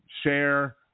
share